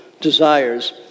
desires